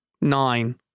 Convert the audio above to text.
Nine